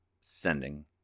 sending